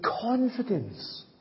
confidence